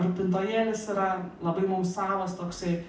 rūpintojėlis yra labai mums savas toksai